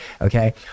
okay